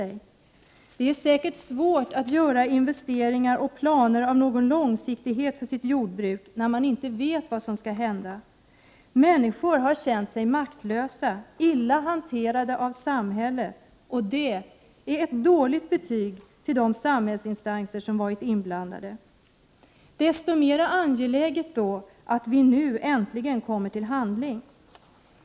1988/89:40 är säkert svårt att göra investeringar och att planera mera långsiktigt för sitt 7 december 1988 jordbruk, när man inte vet vad som skall hända. Människor har känt sig ZON maktlösa och upplevt att de blivit illa hanterade av samhället. Det är ett dåligt betyg till de samhällsinstanser som har varit inblandade. Desto mer angeläget är det alltså att vi nu äntligen kommer till handling.